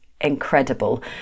incredible